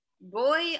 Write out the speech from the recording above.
Boy